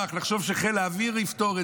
לחשוב שחיל האוויר יפתור את זה,